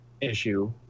issue